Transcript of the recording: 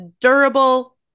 durable